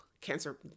Cancer